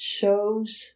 shows